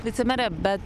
vicemere bet